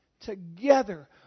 together